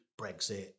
Brexit